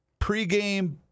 pregame